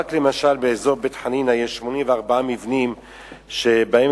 למשל רק באזור בית-חנינא יש 84 מבנים שבהם